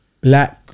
black